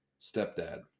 stepdad